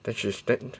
then she stand